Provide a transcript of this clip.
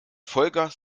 vollgas